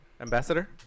Ambassador